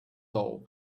though